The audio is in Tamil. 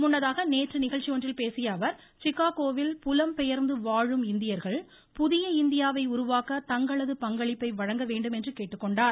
முன்னதாக நேற்று நிகழ்ச்சி ஒன்றில் பேசிய அவர் சிக்காகோவில் புலம் பெயர்ந்து வாழும் இந்தியர்கள் புதிய இந்தியாவை உருவாக்க தங்களது பங்களிப்பை வழங்க வேண்டும் என்று கேட்டுக்கொண்டார்